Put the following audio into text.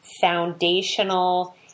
foundational